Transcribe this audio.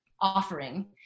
offering